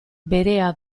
berea